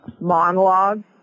monologue